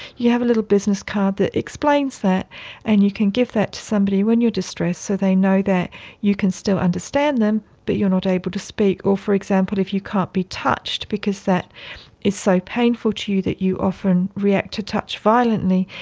you have a little business card that explains that and you can give that to somebody when you are distressed so they know that you can still understand them but you are not able to speak. or, for example, if you can't be touched because that is so painful to you that you often react to touch violently,